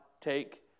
take